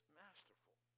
masterful